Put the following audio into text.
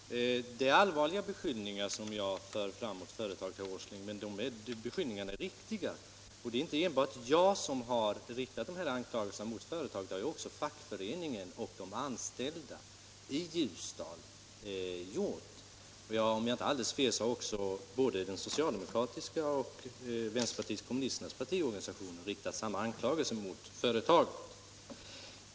Herr talman! Det är allvarliga beskyllningar som jag för fram mot företaget, herr Åsling, men de är riktiga. Och det är inte enbart jag som har riktat de här anklagelserna mot företaget. Det har också fackföreningen och de anställda i Ljusdal gjort. Om jag inte tar alldeles fel har dessutom både socialdemokraternas och vänsterpartiet kommunisternas partiorganisationer riktat samma anklagelser mot företaget.